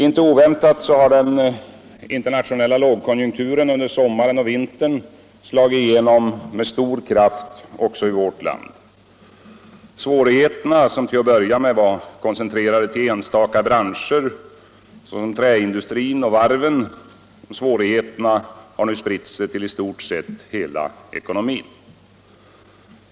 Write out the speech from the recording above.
Inte oväntat har den internationella lågkonjunkturen under sommaren och vintern slagit igenom med stor kraft även i vårt land. Svårigheterna, som till att börja med var koncentrerade till enstaka branscher såsom träindustrin och varven, har nu spritt sig till i stort sett hela ekonomin.